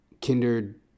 kindred